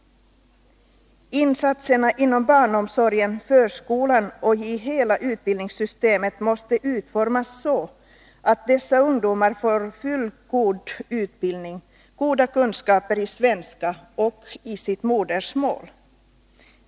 Insatserna inom barnomsorgen, förskolan och i hela utbildningssystemet måste utformas så att dessa ungdomar får fullgod utbildning, goda kunskaper i svenska och i sitt modersmål.